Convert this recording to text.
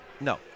No